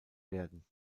werden